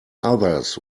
others